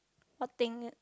what thing